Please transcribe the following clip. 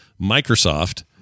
Microsoft